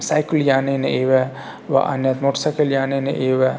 सैकल्यानेन एव वा अन्यत् मोटर् सैकल्यानेन एव